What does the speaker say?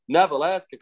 Nevertheless